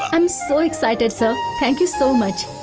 i'm so excited, sir. thank you so much.